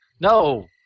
No